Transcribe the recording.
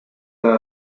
the